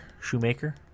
Shoemaker